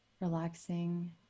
relaxing